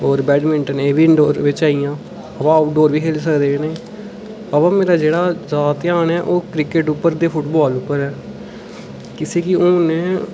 होर बैडमिंटन एह् बी इंडोर बिच आई गेइयां बा आऊटडोर बी खेढी सकदे इ'नें ई बा मेरा जेह्ड़ा जैदा ध्यान ऐ ओह् ते ओह् क्रिकेट उप्पर ते फुटबाल उप्पर ऐ कुसै गी हून